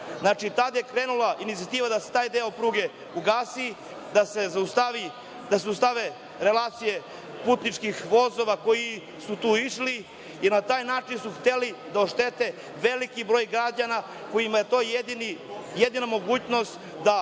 tada je krenula inicijativa da se taj deo pruge ugasi, da se zaustave relacije putničkih vozova koji su tuda išli i na taj način su hteli da oštete veliki broj građana kojima je to jedina mogućnost da